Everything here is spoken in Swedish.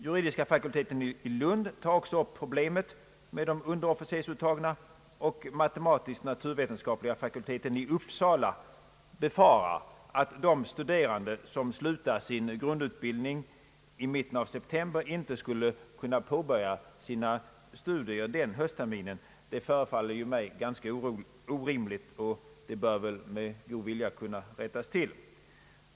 Juridiska fakulteten i Lund tar också upp problemet med dem som uttagits till underofficersutbildning, och matematisk-naturvetenskapliga fakulteten i Uppsala befarar att de studerande som slutar sin grundutbildning i mitten av september inte skulle kunna påbörja sina studier den höstterminen. Det förefaller mig ganska orimligt och bör väl med god vilja kunna rättas till.